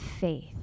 faith